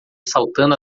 saltando